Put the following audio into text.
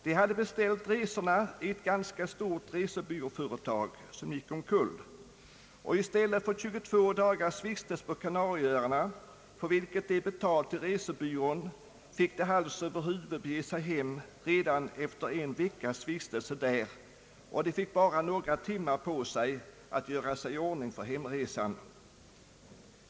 De hade beställt resorna hos ett ganska stort resebyråföretag, som gick omkull, och i stället för 22 dagars vistelse på Kanarieöarna, för vilket de betalat resebyrån, fick de hals över huvud ge sig hem redan efter en veckas vistelse där. De fick bara några timmar på sig att göra sig i ordning för hemresan.